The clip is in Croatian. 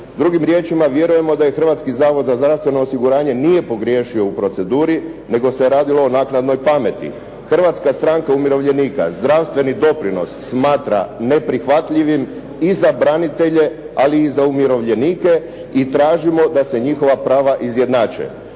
Drugim riječima, vjerujemo da Hrvatski zavod za zdravstveno osiguranje nije pogriješio u proceduri, nego se radilo o naknadnoj pameti. Hrvatska stranka umirovljenika zdravstveni doprinos smatra neprihvatljivim i za branitelje, ali i za umirovljenike i tražimo da se njihova prava izjednače.